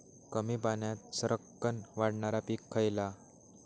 कमी पाण्यात सरक्कन वाढणारा पीक खयला?